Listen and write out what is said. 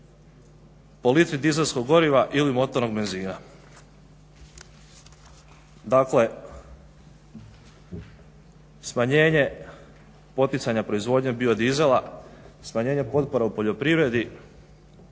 po litri dizelskog goriva ili motornog benzina. Dakle, smanjenje poticanja proizvodnje biodizela, smanjenje potpora u poljoprivredi